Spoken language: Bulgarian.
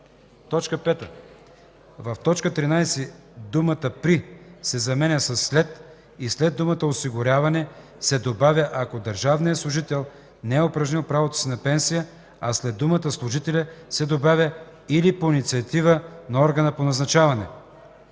5. В т. 13 думата „при” се заменя със „след” и след думата „осигуряване” се добавя „ако държавният служител не е упражнил правото си на пенсия”, а след думата „служителя” се добавя „или по инициатива на органа по назначаване;”.